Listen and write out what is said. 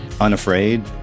unafraid